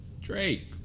Drake